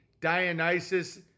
Dionysus